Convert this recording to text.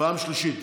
פעם שלישית.